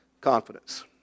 confidence